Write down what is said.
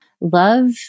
Love